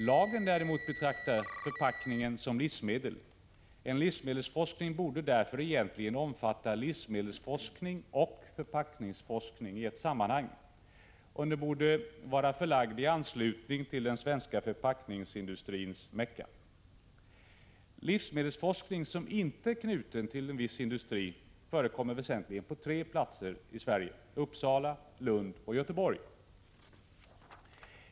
Lagen däremot betraktar förpackningen som livsmedel. En livsmedelsforskning borde därför egentligen omfatta livsmedelsforskning och förpackningsforskning i ett sammanhang. Den borde vidare vara förlagd i anslutning till den svenska förpackningsindustrins Mecka. Livsmedelsforskning som inte är knuten till viss industri förekommer väsentligen på tre platser i Sverige: Uppsala, Lund och Göteborg.